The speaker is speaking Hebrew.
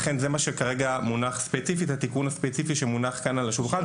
לכן, זהו התיקון הספציפי שמונח כרגע, על השולחן.